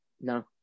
No